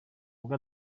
ubwo